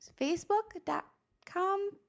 Facebook.com